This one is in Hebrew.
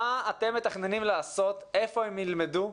מה אתם מתכננים לעשות, היכן הם ילמדו,